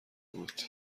بود